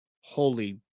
holy